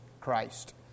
Christ